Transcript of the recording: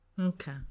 Okay